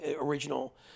original